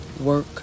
work